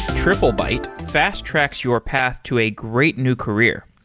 triplebyte fast-tracks your path to a great new career.